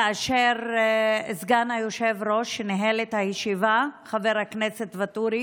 כאשר סגן היושב-ראש שניהל את הישיבה חבר הכנסת ואטורי